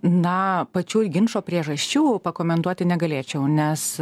na pačių ginčo priežasčių pakomentuoti negalėčiau nes